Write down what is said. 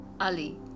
Ali